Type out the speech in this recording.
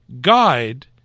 guide